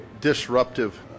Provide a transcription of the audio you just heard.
disruptive